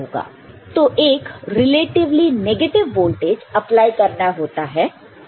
तो एक relatively negative voltage apply करना होता है